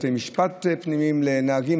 בתי משפט פנימיים לנהגים.